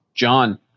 John